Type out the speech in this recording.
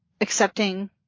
accepting